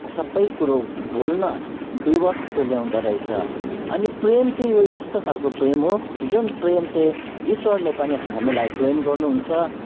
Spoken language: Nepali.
सबै कुरो भुल्न विवश तुल्याउँदो रहेछ अनि प्रेम चाहिँ यो यस्तो खालको प्रेम हो जुन प्रेम चाहिँ ईश्वरले पनि हामीलाई प्रेम गर्नुहुन्छ